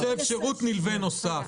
שירות נלווה נוסף.